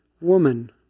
woman